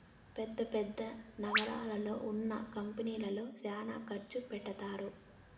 పెద్ద పెద్ద నగరాల్లో ఉన్న కంపెనీల్లో శ్యానా ఖర్చు పెడతారు